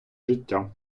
життя